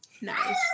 Nice